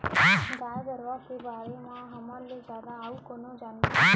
गाय गरूवा के बारे म हमर ले जादा अउ कोन जानही